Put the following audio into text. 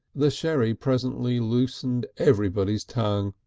the sherry presently loosened everybody's tongue,